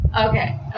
Okay